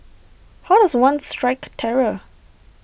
how does one strike terror